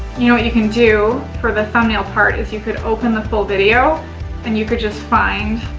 you know, what you can do for the thumbnail part is you could open the full video and you could just find,